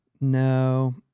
no